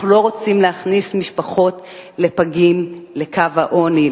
אנחנו לא רוצים להוריד משפחות לפגים מתחת לקו העוני,